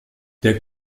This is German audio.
der